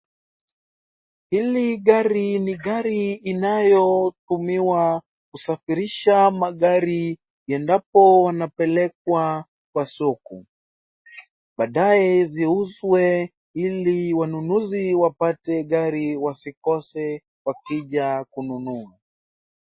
Hili gari ni gari inayotumiwa kusafirisha magari iendapo na pelekwa kwa soko. Baadaye ziuzwe ili wanunuzi wapate gari wasikose wakija kununua.